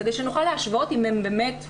כדי שנוכל להשוות אם הן באמת משתכרות,